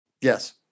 Yes